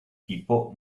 tipo